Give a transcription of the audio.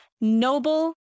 noble